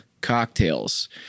cocktails